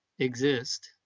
exist